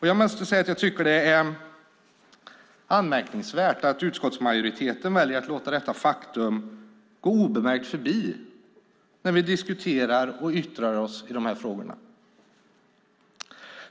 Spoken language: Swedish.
Jag måste säga att jag tycker att det är anmärkningsvärt att utskottsmajoriteten väljer att låta detta faktum gå obemärkt förbi när vi diskuterar och yttrar oss i de här frågorna.